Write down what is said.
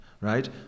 right